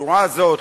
בצורה הזאת,